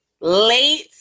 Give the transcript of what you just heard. late